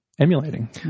emulating